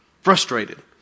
Frustrated